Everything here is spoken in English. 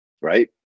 right